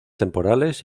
temporales